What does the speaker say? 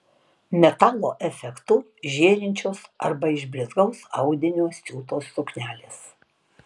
metalo efektu žėrinčios arba iš blizgaus audinio siūtos suknelės